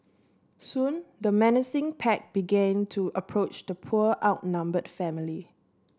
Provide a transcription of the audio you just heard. soon the menacing pack began to approach the poor outnumbered family